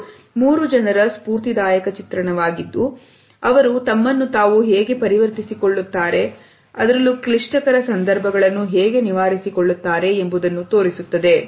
ಇದು ಮೂರು ಜನರ ಸ್ಪೂರ್ತಿದಾಯಕ ಚಿತ್ರಣವಾಗಿತ್ತು ಅವರು ತಮ್ಮನ್ನು ತಾವು ಹೇಗೆ ಪರಿವರ್ತಿಸಿಕೊಳ್ಳುತ್ತಾರೆ ಕ್ಲಿಷ್ಟಕರ ಸಂದರ್ಭಗಳನ್ನು ಹೇಗೆ ನಿವಾರಿಸಿಕೊಳ್ಳುತ್ತಾರೆ ಎಂಬುದನ್ನು ತೋರಿಸುತ್ತದೆ